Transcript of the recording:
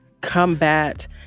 combat